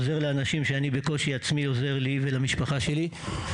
עוזר לאנשים כשאני בקושי עצמי עוזר לי ולמשפחה שלי.